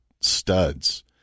studs